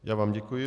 Já vám děkuji.